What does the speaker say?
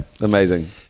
amazing